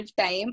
time